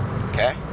Okay